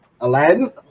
Aladdin